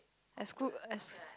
exclude ex~